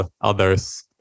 others